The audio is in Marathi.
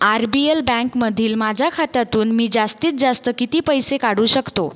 आर बी एल बँकमधील माझ्या खात्यातून मी जास्तीत जास्त किती पैसे काढू शकतो